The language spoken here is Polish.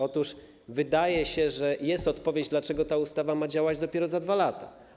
Otóż wydaje się, że jest odpowiedź, dlaczego ta ustawa ma działać dopiero za 2 lata.